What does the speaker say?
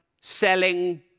selling